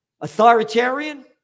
Authoritarian